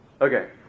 Okay